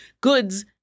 goods